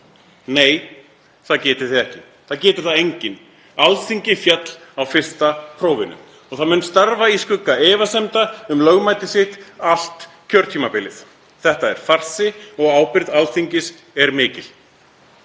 Nei, það getið þið ekki. Það getur það enginn. Alþingi féll á fyrsta prófinu og það mun starfa í skugga efasemda um lögmæti sitt allt kjörtímabilið. Þetta er farsi og ábyrgð Alþingis er mikil.